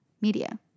media